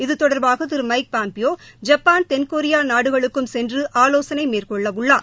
இது தொடர்பாக திரு மைக் பாம்பியோ ஜப்பான் தென்கொரியா நாடுகளுக்கும் சென்று ஆலோசனை மேற்கொள்ளவுள்ளார்